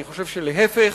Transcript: אני חושב שלהיפך,